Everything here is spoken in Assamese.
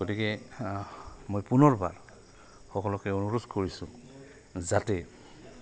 গতিকে মই পুনৰবাৰ সকলোকে অনুৰোধ কৰিছোঁ যাতে